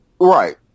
Right